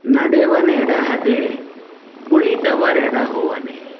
नडेवनडहदे कुलितवरडहोवने